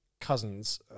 cousins